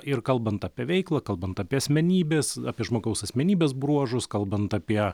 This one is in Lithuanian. ir kalbant apie veiklą kalbant apie asmenybės apie žmogaus asmenybės bruožus kalbant apie